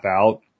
out